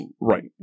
Right